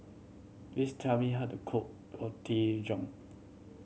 please tell me how to cook Roti John